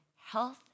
health